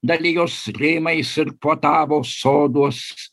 dalijos rimais ir puotavo soduos